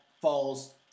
falls